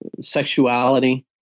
sexuality